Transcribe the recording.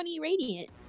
radiant